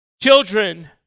children